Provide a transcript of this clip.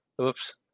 Oops